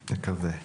נקווה.